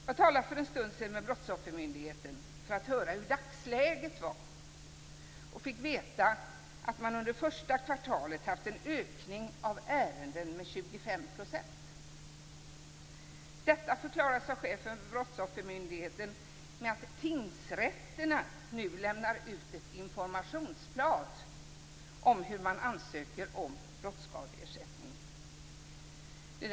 Jag talade för en stund sedan med Brottsoffermyndigheten för att höra hur dagsläget är, och jag fick veta att de under första kvartalet haft en ökning av ärenden med 25 %. Detta förklarades av chefen för Brottsoffermyndigheten med att tingsrätterna nu lämnar ut ett informationsblad om hur man ansöker om brottsskadeersättning.